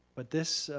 but this